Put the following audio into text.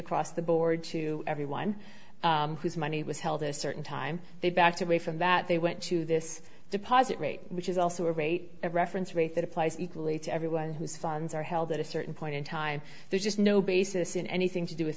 across the board to everyone whose money was held a certain time they backed away from that they went to this deposit rate which is also a rate of reference rate that applies equally to everyone whose funds are held at a certain point in time there's just no basis in anything to do with